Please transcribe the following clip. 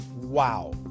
wow